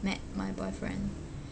met my boyfriend